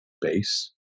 Base